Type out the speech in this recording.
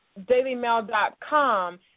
dailymail.com